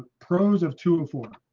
pros of two and four